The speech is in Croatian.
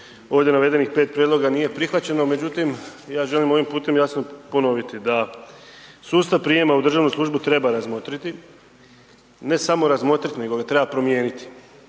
ovdje navedenih 5 prijedloga nije prihvaćeno, međutim, ja želim ovim putem jasno ponoviti, da sustav prijama u državnu službu treba razmotriti, ne samo razmotriti, nego treba promijeniti.